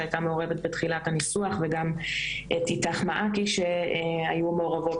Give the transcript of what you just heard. שהייתה מעורבת בתחילת הניסוח וגם את אית"ך מעכי שהיו מעורבות